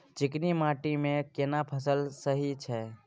चिकनी माटी मे केना फसल सही छै?